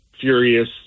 furious